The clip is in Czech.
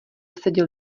seděl